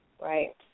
Right